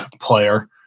player